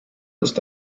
ist